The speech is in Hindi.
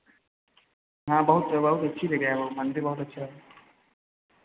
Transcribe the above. हाँ बहुत बहुत अच्छी जगह है वो मंदिर बहुत अच्छा है